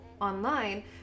online